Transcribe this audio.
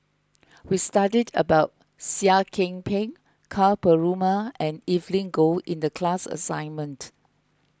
we studied about Seah Kian Peng Ka Perumal and Evelyn Goh in the class assignment